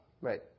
right